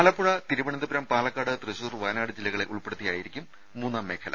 ആലപ്പുഴ തിരുവനന്തപുരം പാലക്കാട് തൃശൂർ വയനാട് ജില്ലകളെ ഉൾപ്പെടുത്തിയായിരിക്കും മൂന്നാം മേഖല